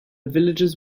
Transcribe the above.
villagers